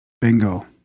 Bingo